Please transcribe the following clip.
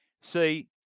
see